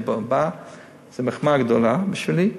זו מחמאה גדולה בשבילי.